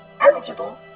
eligible